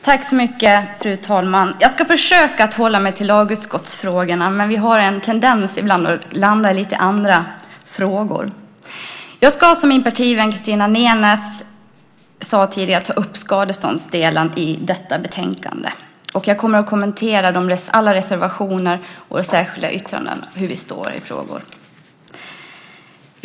Fru talman! Jag ska försöka att hålla mig till lagutskottsfrågorna. Vi har ibland en tendens att landa i lite andra frågor. Jag ska som min partivän Christina Nenes sade tidigare ta upp skadeståndsdelen i detta betänkande. Jag kommer att kommentera alla reservationer och särskilda yttranden och hur vi står i olika frågor.